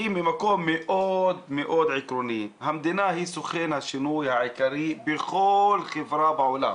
כי ממקום מאוד עקרוני המדינה היא סוכן השינוי העיקרי בכל חברה בעולם,